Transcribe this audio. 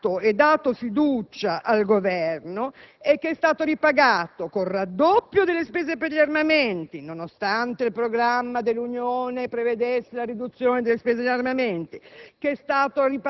che ha votato e dato fiducia al Governo e che è stato ripagato con il raddoppio delle spese per gli armamenti, nonostante il programma dell'Unione prevedesse la riduzione delle spese degli armamenti,